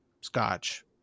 scotch